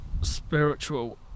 spiritual